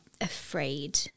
afraid